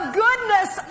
goodness